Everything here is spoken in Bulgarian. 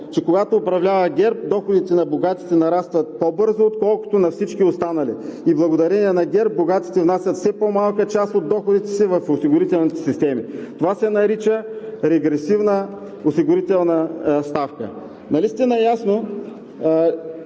че когато управлява ГЕРБ, доходите на богатите нарастват по-бързо, отколкото на всички останали. Благодарение на ГЕРБ богатите внасят все по-малка част от доходите си в осигурителните системи. Това се нарича регресивна осигурителна ставка. Нали сте наясно,